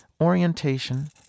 orientation